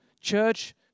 Church